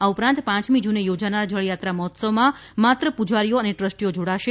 આ ઉપરાંત પાંચમી જૂને યોજાનાર જળયાત્રા મહોત્સવમાં માત્ર પૂજારીઓ અને ટ્રસ્ટીઓ જોડાશે